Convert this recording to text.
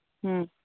ꯎꯝ